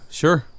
sure